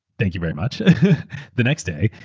thank you very much. a the next day,